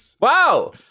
Wow